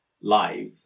live